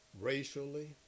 racially